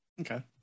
Okay